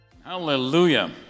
Hallelujah